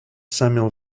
samuel